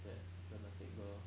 that dramatic girl